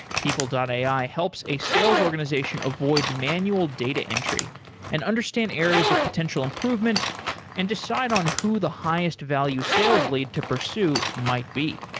people ai helps a sales organization avoid manual data entry and understand areas of potential improvement and decide on who the highest value sales lead to pursue might be.